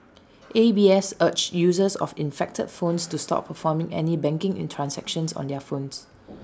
A B S urged users of infected phones to stop performing any banking transactions on their phones